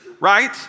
right